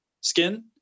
skin